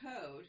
code